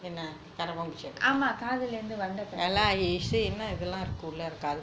ஆமா காதுல இருந்து வந்த கருப்பாம்பூசி:aamaa kadhula irunthu vantha karuppampoochi